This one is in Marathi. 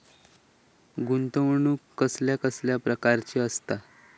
गुंतवणूक कसल्या कसल्या प्रकाराची असता?